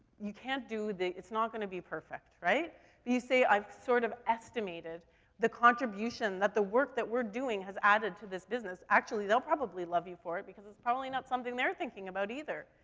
you can't do th it's not gonna be perfect, right you say, i've sort of estimated the contribution that the work that we're doing has added to this business. actually, they'll probably love you for it because it's probably not something they're thinking about either.